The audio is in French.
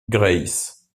grace